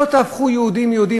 לא תהפכו לא יהודים ליהודים.